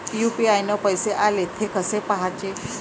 UPI न पैसे आले, थे कसे पाहाचे?